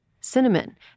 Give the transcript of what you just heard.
cinnamon